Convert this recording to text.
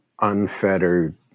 unfettered